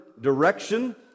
direction